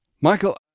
Michael